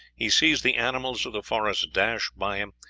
he sees the animals of the forest dash by him,